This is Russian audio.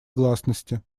гласности